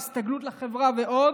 ההסתגלות לחברה ועוד,